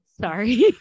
sorry